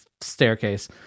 staircase